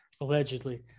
Allegedly